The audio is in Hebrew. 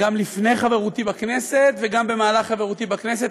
גם לפני חברותִי בכנסת וגם במהלך חברותי בכנסת.